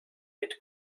mit